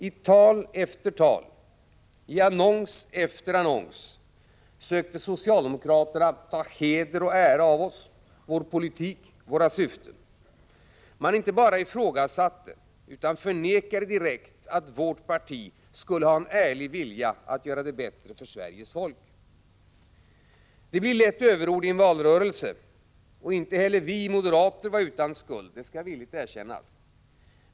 I tal efter tal, i annons efter annons, sökte socialdemokraterna ta heder och ära av oss, vår politik och våra syften. Man inte bara ifrågasatte utan förnekade direkt att vårt parti skulle ha en ärlig vilja att göra det bättre för Sveriges folk. Det blir lätt överord i en valrörelse, och inte heller vi moderater var utan skuld — det skall villigt erkännas.